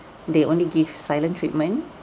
they only give silent treatment